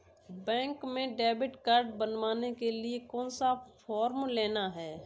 Bank में debit card बनवाने के लिए कौन सा फॉर्म लेना है?